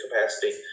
capacity